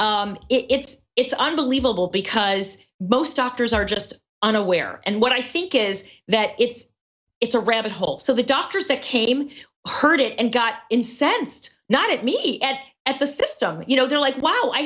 it's it's unbelievable because most doctors are just unaware and what i think is that it's it's a rabbit hole so the doctors that came heard it and got incensed not at me at at the system you know they're like wow i